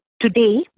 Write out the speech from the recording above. Today